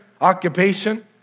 Occupation